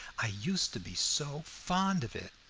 i used to be so fond of it.